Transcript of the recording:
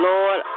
Lord